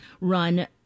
run